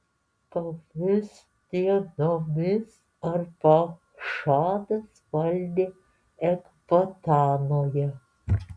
tomis dienomis arpachšadas valdė ekbatanoje